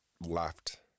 left